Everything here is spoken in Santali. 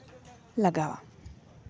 ᱞᱟᱜᱟᱣᱟ